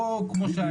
לא כמו שהיה.